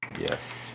Yes